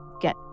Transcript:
get